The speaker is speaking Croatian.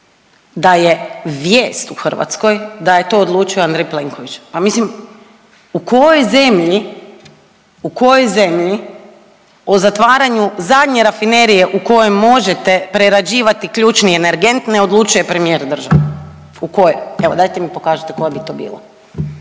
da je vijest u Hrvatskoj da je to odlučio Andrej Plenković. Pa mislim, u kojoj zemlji, u kojoj zemlji o zatvaranju zadnje rafinerije u kojem možete prerađivati ključni energent ne odlučuje premijer države? U kojoj, evo dajte mi pokažite koja bi to bila.